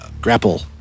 grapple